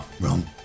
wrong